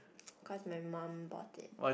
cause my mum bought it